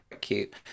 cute